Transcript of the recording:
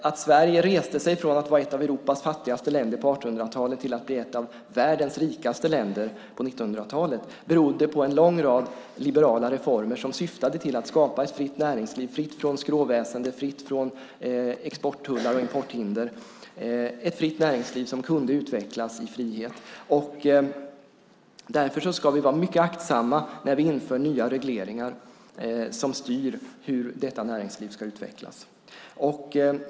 Att Sverige reste sig från att vara ett av Europas fattigaste länder på 1800-talet till att bli ett av världens rikaste länder på 1900-talet berodde på en lång rad liberala reformer som syftade till att skapa ett fritt näringsliv, fritt från skråväsende, fritt från exporttullar och importhinder - ett fritt näringsliv som kunde utvecklas i frihet. Därför ska vi vara mycket aktsamma när vi inför nya regleringar som styr hur detta näringsliv ska utvecklas.